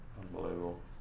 Unbelievable